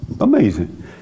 Amazing